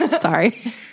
Sorry